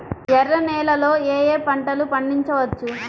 ఎర్ర నేలలలో ఏయే పంటలు పండించవచ్చు?